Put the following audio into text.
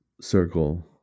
circle